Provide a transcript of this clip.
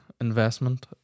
investment